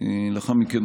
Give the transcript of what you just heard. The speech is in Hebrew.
לאחר מכן,